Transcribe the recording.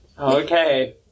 Okay